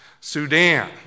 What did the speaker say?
Sudan